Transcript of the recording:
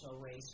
race